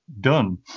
done